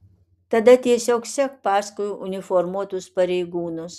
tada tiesiog sek paskui uniformuotus pareigūnus